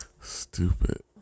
Stupid